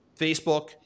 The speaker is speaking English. Facebook